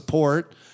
support